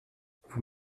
vous